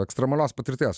ekstremalios patirties